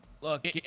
Look